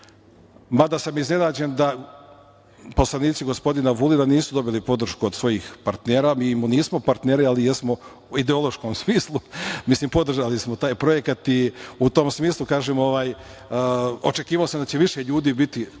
mada sam iznenađen da poslanici gospodina Vulina nisu dobili podršku od svojih partnera. Mi im nismo partneri, ali jesmo u ideološkom smislu i zato smo podržali taj projekat. U tom smislu, očekivao sam da će više ljudi biti